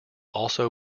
also